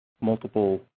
multiple